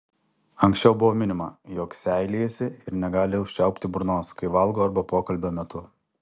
anksčiau buvo minima jog seilėjasi ir negali užčiaupti burnos kai valgo arba pokalbio metu